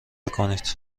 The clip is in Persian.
کنید